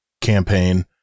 campaign